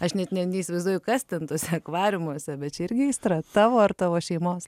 aš net ne neįsivaizduoju kas ten tuose akvariumuose bet čia irgi aistra tavo ar tavo šeimos